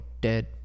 dead